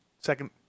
second